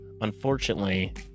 Unfortunately